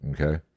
okay